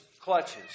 clutches